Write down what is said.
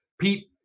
Pete